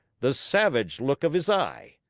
the savage look of his eye.